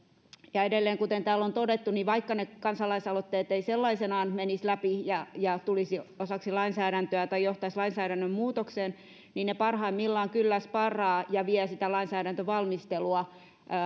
ja edelleen kuten täällä on todettu niin vaikka ne kansalaisaloitteet eivät sellaisenaan menisi läpi ja tulisi osaksi lainsäädäntöä tai johtaisi lainsäädännön muutokseen niin ne parhaimmillaan kyllä sparraavat ja vievät lainsäädäntövalmistelua